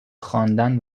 خواندن